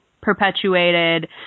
perpetuated